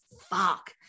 fuck